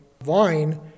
vine